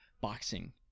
boxing